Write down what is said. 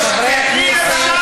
חברי הכנסת,